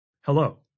Hello